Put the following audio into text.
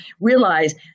realize